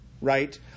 right